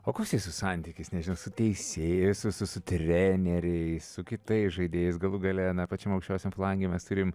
o koks jūsų santykis su teisėjais su su treneriais su kitais žaidėjais galų gale pačiam aukščiausiam flange mes turim